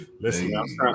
Listen